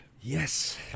Yes